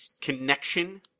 connection